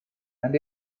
and